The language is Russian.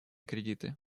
кредиты